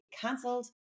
cancelled